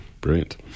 Brilliant